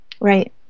Right